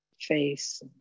face